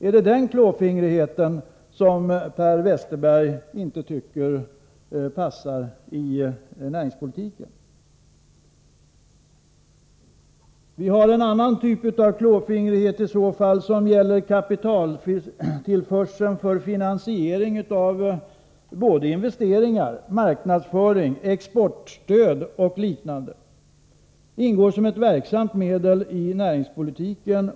Är det den klåfingrighet som Per Westerberg tycker inte passar i näringspolitiken? Vi har i så fall en annan typ av klåfingrighet, som gäller kapitaltillförsel till finansiering av investeringar, marknadsföring, exportstöd, osv. Det ingår som ett verksamt medel i näringspolitiken.